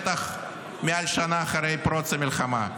בטח מעל שנה מאז פרוץ המלחמה.